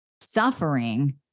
suffering